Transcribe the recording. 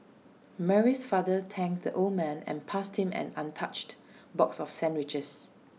Mary's father thanked the old man and passed him an untouched box of sandwiches